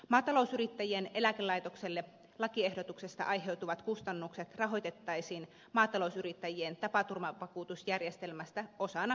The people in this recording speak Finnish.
maatalousyrittäjien eläkelaitokselle lakiehdotuksesta aiheutuvat kustannukset rahoitettaisiin maatalousyrittäjien tapaturmavakuutusjärjestelmästä osana kohtuullisia hoitokuluja